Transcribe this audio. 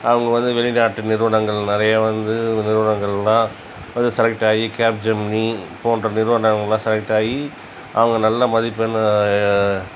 அவங்க வந்து வெளிநாட்டு நிறுவனங்கள் நிறையா வந்து நிறுவனங்கள்லாம் செலக்ட்டாகி கேப்ஜெமினி போன்ற நிறுவனங்கள்லாம் செலக்ட்டாகி அவங்க நல்ல மதிப்பெண்